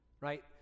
right